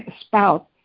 spout